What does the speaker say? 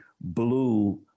blue